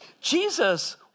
Jesus